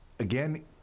Again